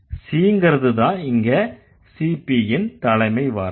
C ங்கறதுதான் இங்க CPன் தலைமை வார்த்தை